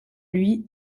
lui